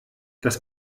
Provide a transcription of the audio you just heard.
das